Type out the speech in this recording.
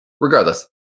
Regardless